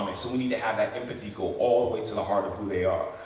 so we need to have that empathy go all the way to the heart of who they are.